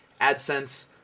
AdSense